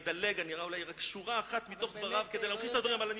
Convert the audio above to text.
אקרא אולי רק שורה אחת מתוך דבריו כדי להמחיש את הדברים האלה.